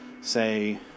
say